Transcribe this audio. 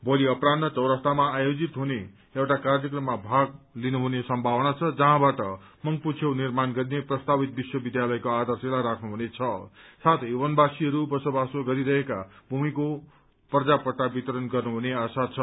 भोली अपरान्ह चौरास्तामा आयोजित हुने एउटा कार्यक्रममा भाग लिने सम्भावना छ जहाँबाट मंग्पू छेउ निर्माण गरिने प्रस्तावित विश्वविद्यालयको आधारशीला राख्नु हुनेछ साथै बनवासीहरू बसोबासो गरिरहेका भूमिको पर्जापट्टा वितरण गर्ने आशा छ